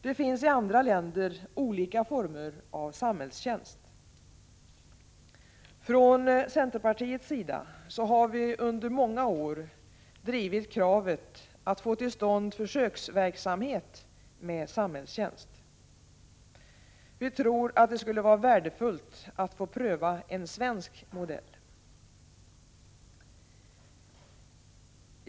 Det finns i andra länder olika former av samhällstjänst. Från centerpartiets sida har vi under många år drivit kravet att få till stånd försöksverksamhet med samhällstjänst. Vi tror att det skulle vara värdefullt att få pröva en svensk modell.